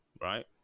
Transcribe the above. right